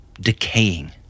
decaying